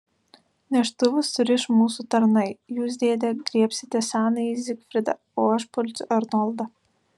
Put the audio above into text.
neštuvus suriš mūsų tarnai jūs dėde griebsite senąjį zigfridą o aš pulsiu arnoldą